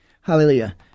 Hallelujah